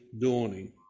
dawning